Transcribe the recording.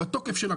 והתוקף שלה,